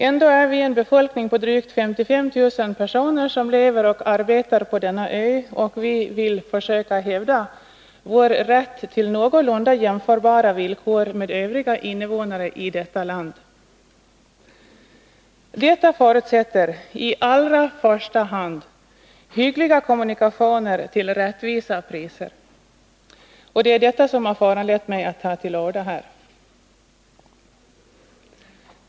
Ändå är vi en befolkning på drygt 55 000 personer som lever och arbetar på denna ö, och vi vill försöka hävda vår rätt till någorlunda jämförbara villkor med övriga invånare i detta land. Detta förutsätter i allra första hand hyggliga kommunikationer till rättvisa priser. Och det är detta som föranlett mig att ta till orda här.